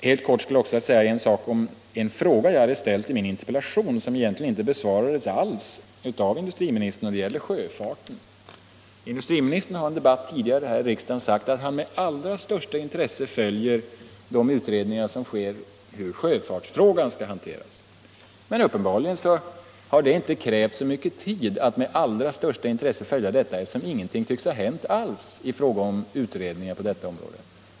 Helt kort skulle jag också vilja säga något om en fråga som jag ställde i min interpellation men som egentligen inte besvarades alls av industriministern, nämligen beträffande sjöfarten. Industriministern har i en debatt tidigare här i riksdagen sagt att han med allra största intresse följer de utredningar som gäller sjöfartsfrågorna. Men uppenbarligen har det inte krävt så mycken tid att med allra största intresse följa dessa, eftersom ingenting alls tycks ha hänt i fråga om utredningarna på detta område.